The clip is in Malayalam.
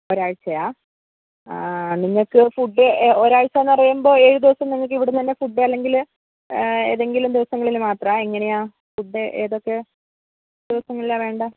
ഒരാഴ്ച്ചയാണോ നിങ്ങൾക്ക് ഫുഡ് ഒരാഴ്ച എന്ന് പറയുമ്പോൾ ഏഴ് ദിവസം നിങ്ങൾക്ക് ഇവിടുന്ന് തന്നെ ഫുഡ് അല്ലെങ്കിൽ ഏതെങ്കിലും ദിവസങ്ങളിൽ മാത്രം എങ്ങനെയാണ് ഫുഡ് ഏതൊക്കെ ദിവസങ്ങളിലാണ് വേണ്ടത്